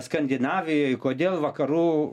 skandinavijoj kodėl vakarų